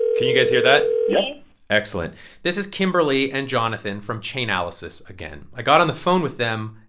can you guys hear that? yep excellent this is kimberly and jonathan from chainalysis again. i got on the phone with them,